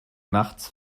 nachts